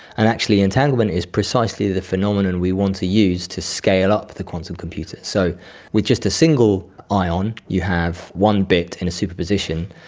and actually entanglement is precisely the phenomenon we want to use to scale up the quantum computer. so with just a single ion you have one bit in a superposition,